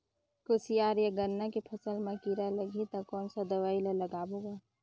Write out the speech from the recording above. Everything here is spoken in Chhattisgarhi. कोशियार या गन्ना के फसल मा कीरा लगही ता कौन सा दवाई ला लगाबो गा?